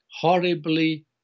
horribly